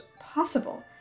possible